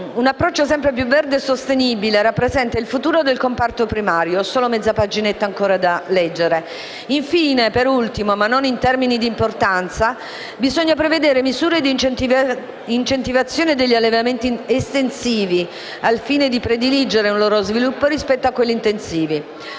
ha fatto con gli altri colleghi - rappresenta il futuro del comparto primario. Infine, per ultimo, ma non in termini di importanza, bisogna prevedere misure di incentivazione degli allevamenti estensivi, al fine di prediligere un loro sviluppo rispetto a quelli intensivi.